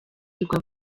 rwa